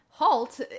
Halt